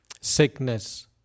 sickness